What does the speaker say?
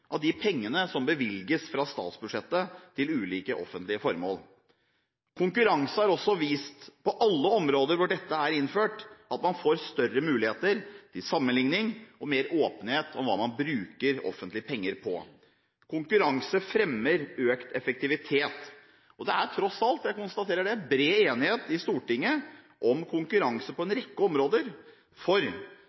av de pengene som bevilges fra statsbudsjettet til ulike offentlige formål. Konkurranse har også vist at man på alle områder hvor dette er innført, får større muligheter til sammenligning og mer åpenhet om hva man bruker offentlige penger på. Konkurranse fremmer økt effektivitet, og det er tross alt – jeg konstaterer det – bred enighet i Stortinget om konkurranse på en rekke områder, for